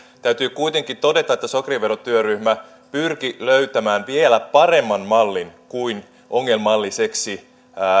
täytyy kuitenkin todeta että sokeriverotyöryhmä pyrki löytämään vielä paremman mallin kuin ongelmalliseksi